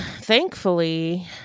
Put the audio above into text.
thankfully